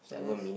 oh yes